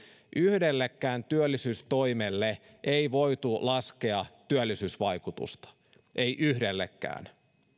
yhdellekään työllisyystoimelle ei voitu laskea työllisyysvaikutusta ei yhdellekään